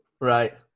Right